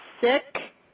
sick